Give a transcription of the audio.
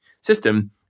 system